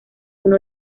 uno